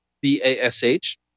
B-A-S-H